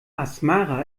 asmara